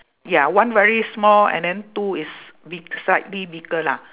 ya one very small and then two is big slightly bigger lah